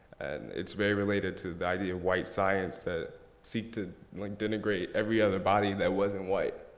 and it's very related to the idea of white science that seeked to like denigrate every other body that wasn't white,